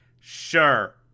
Sure